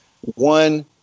one